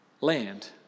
land